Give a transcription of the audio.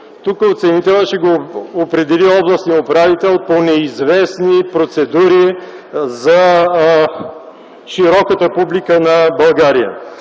тук оценителят ще го определи областният управител по неизвестни процедури за широката публика на България.